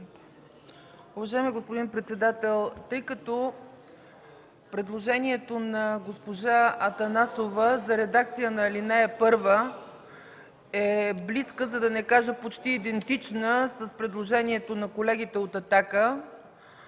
Уважаеми господин председател, тъй като предложението на госпожа Атанасова за редакция на ал. 1 е близко, за да не кажа – почти идентично, с предложението на колегите от „Атака”,